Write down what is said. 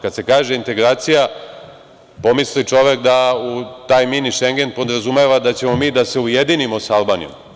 Kad se kaže integracija pomisli čovek da u taj mini Šengen podrazumeva da ćemo mi da se ujedinimo a Albanijom.